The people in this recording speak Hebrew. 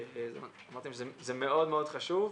אמרתי להם שזה מאוד מאוד חשוב,